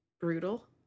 brutal